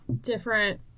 different